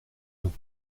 donc